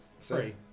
Three